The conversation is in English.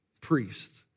priest